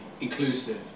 inclusive